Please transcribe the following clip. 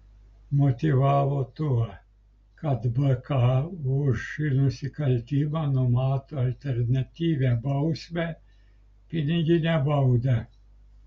motyvavo tuo kad bk už šį nusikaltimą numato alternatyvią bausmę piniginę baudą